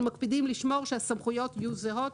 אנחנו מקפידים לשמור שהסמכויות יהיו זהות.